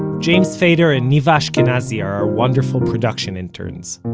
james feder and niva ashkenazi are our wonderful production interns.